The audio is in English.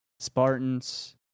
spartans